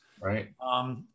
Right